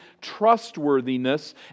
trustworthiness